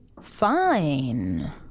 Fine